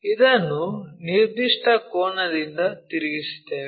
ಇದನ್ನು ನಿರ್ದಿಷ್ಟ ಕೋನದಿಂದ ತಿರುಗಿಸುತ್ತೇವೆ